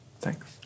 Thanks